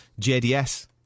JDS